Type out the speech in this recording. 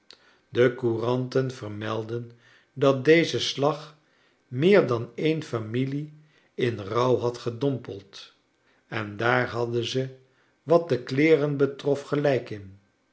de couranten vermeldden dat deze slag meer dan een familie in rouw had gedompeld en daar hadden ze wat de kleeren betrof gelijk in